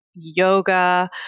yoga